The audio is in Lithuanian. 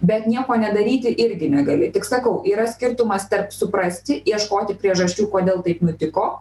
bet nieko nedaryti irgi negali tik sakau yra skirtumas tarp suprasti ieškoti priežasčių kodėl taip nutiko